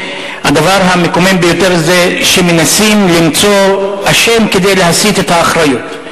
הדבר המקומם ביותר זה שמנסים למצוא אשם כדי להסיט את האחריות.